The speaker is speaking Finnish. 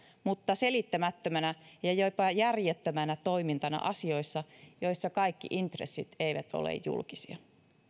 mutta selittämättömänä ja jopa järjettömänä toimintana asioissa joissa kaikki intressit eivät ole julkisia